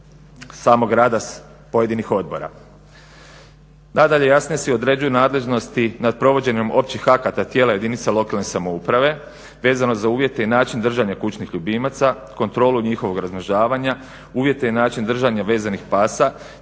samog rada pojedinih odbora. Nadalje jasno se određuje nadležnosti nad provođenjima općih akata tijela jedinica lokalne samouprave vezano za uvjete i način držanja kućnih ljubimaca, kontrolu njihovog razmnožavanja, uvjete i način držanja vezanih pasa